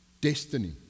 destiny